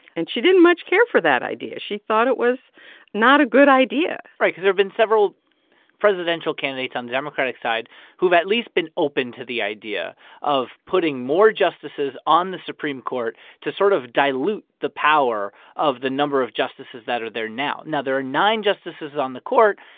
and she didn't much care for that idea. she thought it was not a good idea right, because there've been several presidential candidates on the democratic side who've at least been open to the idea of putting more justices on the supreme court to sort of dilute the power of the number of justices that are there now. now, there are nine justices on the court.